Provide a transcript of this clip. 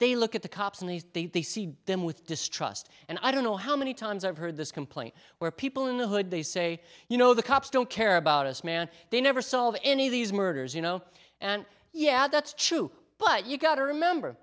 they look at the cops and they see them with distrust and i don't know how many times i've heard this complaint where people in the hood they say you know the cops don't care about us man they never solve any of these murders you know and yeah that's true but you've got to remember